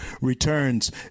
returns